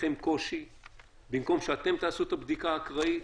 לכם קושי שבמקום שאתם תעשו את הבדיקה האקראית,